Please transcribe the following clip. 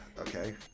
okay